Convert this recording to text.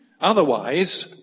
Otherwise